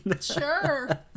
Sure